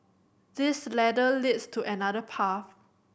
this ladder leads to another path